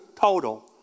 total